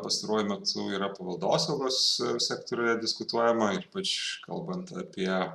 pastaruoju metu yra paveldosaugos sektoriuje diskutuojama ir ypač kalbant apie